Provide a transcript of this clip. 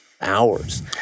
hours